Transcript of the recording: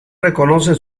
reconocen